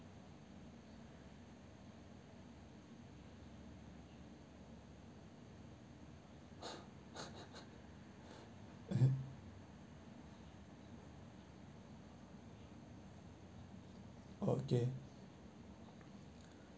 okay